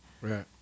Right